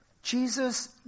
Jesus